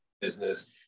business